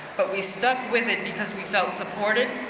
but we stuck with it because we felt supported,